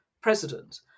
president